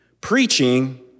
Preaching